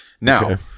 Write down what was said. Now